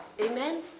Amen